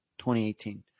2018